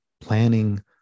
planning